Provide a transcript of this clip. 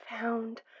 found